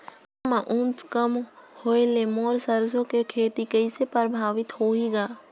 हवा म उमस कम होए ले मोर सरसो के खेती कइसे प्रभावित होही ग?